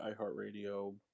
iHeartRadio